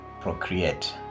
procreate